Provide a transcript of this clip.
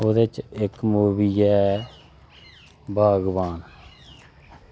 ओह्दे च इक मूवी ऐ बागवान